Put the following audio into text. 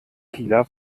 kieler